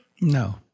No